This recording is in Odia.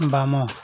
ବାମ